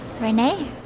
Renee